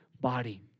body